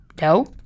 No